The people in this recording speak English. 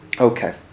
Okay